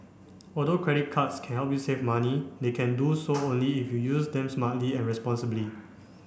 although credit cards can help you save money they can do so only if you use them smartly and responsibly